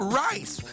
rice